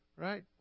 right